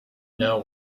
know